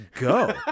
go